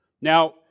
Now